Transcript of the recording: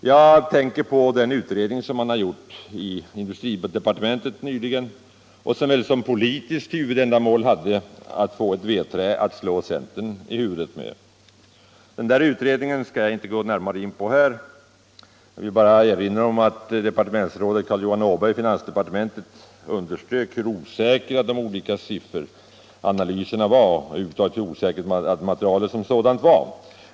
Jag tänker på den utredning som industridepartementet gjort nyligen och som väl som politiskt huvudändamål hade att skaffa fram ett vedträ att slå centern i huvudet med. Jag skall inte gå närmare in på utredningen, men jag vill erinra om att planeringschefen Carl Johan Åberg i finansdepartementet underströk hur osäkert materialet som sådant var.